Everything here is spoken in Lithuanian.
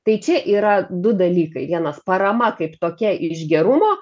tai čia yra du dalykai vienas parama kaip tokia iš gerumo